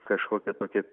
kažkokia tokia